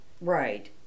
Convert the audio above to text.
Right